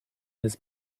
his